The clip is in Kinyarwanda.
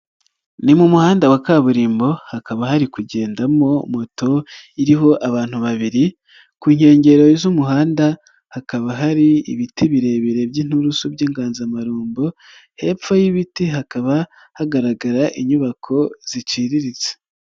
Ni mu muhanda wa kaburimbo, hakaba hari kugendamo moto iriho abantu babiri, ku nkengero z'umuhanda, hakaba hari ibiti birebire by'ininturusu by'inganzamarumbo, hepfo y'ibiti hakaba hagaragara inyubako ziciriritse.